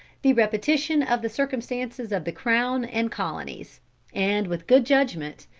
the repetition of the circumstances of the crown and colonies and with good judgment,